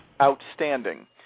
outstanding